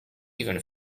even